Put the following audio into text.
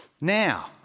Now